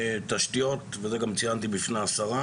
תשתיות ואת זה גם ציינתי בפני השרה